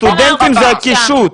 הסטודנטים זה הקישוט.